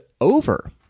over